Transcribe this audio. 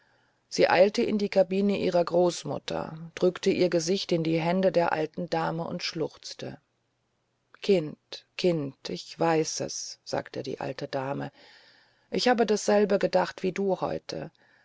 sie eilte in die kabine ihrer großmutter drückte ihr gesicht in die hände der alten dame und schluchzte kind kind ich weiß es sagte die alte dame ich habe dasselbe gedacht wie du heute